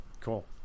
cool